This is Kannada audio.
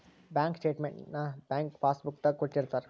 ಬ್ಯಾಂಕ್ ಸ್ಟೇಟ್ಮೆಂಟ್ ನ ಬ್ಯಾಂಕ್ ಪಾಸ್ ಬುಕ್ ದಾಗ ಕೊಟ್ಟಿರ್ತಾರ